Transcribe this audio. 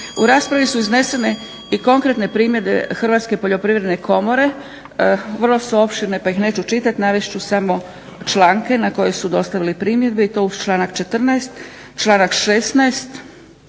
U raspravi su iznesene i konkretne primjedbe Hrvatske poljoprivredne komore, vrlo su opširne pa ih neću čitati navest ću samo članke na koje su dostavili primjedbe i to uz članak 14., članak 16.,